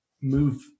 move